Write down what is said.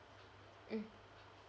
mm